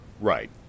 Right